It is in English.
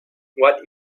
what